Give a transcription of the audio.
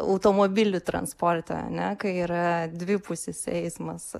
automobilių transporte ar ne kai yra dvipusis eismas